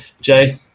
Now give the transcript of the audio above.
Jay